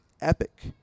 Epic